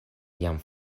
jam